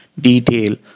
detail